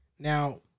Now